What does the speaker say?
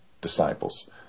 disciples